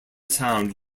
sound